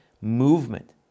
movement